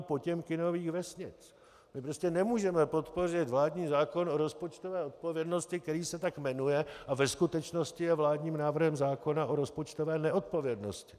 My prostě nemůžeme podpořit vládní zákon o rozpočtové odpovědnosti, který se tak jmenuje, a ve skutečnosti je vládním návrhem zákona o rozpočtové neodpovědnosti.